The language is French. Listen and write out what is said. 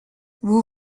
vous